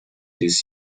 this